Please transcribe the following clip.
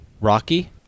Rocky